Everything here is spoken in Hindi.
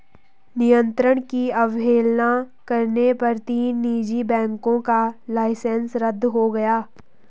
नियंत्रण की अवहेलना करने पर तीन निजी बैंकों का लाइसेंस रद्द हो गया